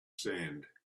sand